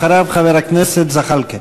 אחריו, חבר הכנסת זחאלקה.